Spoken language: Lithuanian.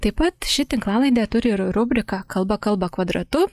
taip pat ši tinklalaidė turi ir rubriką kalba kalba kvadratu